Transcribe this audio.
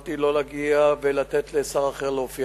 יכולתי לא להגיע ולתת לשר אחר להופיע